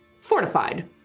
fortified